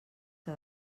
que